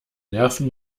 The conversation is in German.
nerven